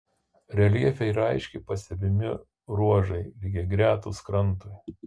reljefe yra aiškiai pastebimi ruožai lygiagretūs krantui